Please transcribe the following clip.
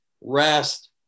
rest